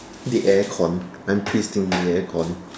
the air con I'm twisting the air con